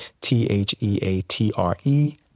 T-H-E-A-T-R-E